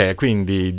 quindi